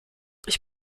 ich